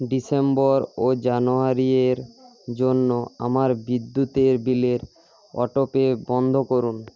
December ও জানুয়ারির জন্য আমার বিদ্যুতের বিলের অটোপে বন্ধ করুন